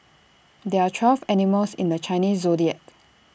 there are twelve animals in the Chinese Zodiac